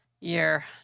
year